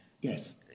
Yes